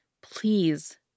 Please